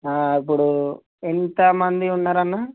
ఇప్పుడు ఎంతమంది ఉన్నారు అన్నా